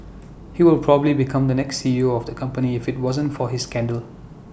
he will probably become the next C E O of the company if IT wasn't for his scandal